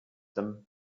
them